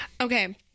Okay